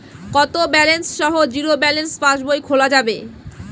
কত ব্যালেন্স সহ zero balance পাসবই খোলা যাবে?